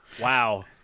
wow